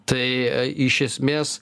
tai iš esmės